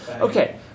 Okay